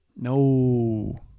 no